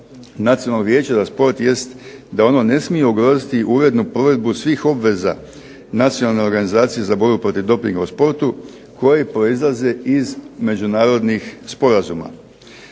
nacionalnog vijeća za šport jest da ono ne smije ugroziti ujedno provedbu svih obveza Nacionalne organizacije za borbu protiv dopinga u sportu koji proizlaze iz međunarodnih sporazuma.